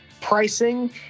pricing